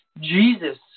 jesus